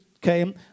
came